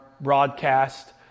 broadcast